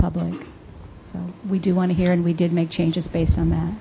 public so we do want to hear and we did make changes based on that